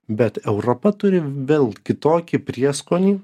bet europa turi vėl kitokį prieskonį